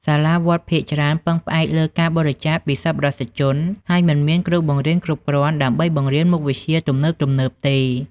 សាលាវត្តភាគច្រើនពឹងផ្អែកលើការបរិច្ចាគពីសប្បុរសជន ហើយមិនមានគ្រូបង្រៀនគ្រប់គ្រាន់ដើម្បីបង្រៀនមុខវិជ្ជាទំនើបៗទេ។